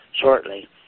shortly